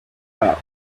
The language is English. are